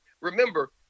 Remember